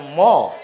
more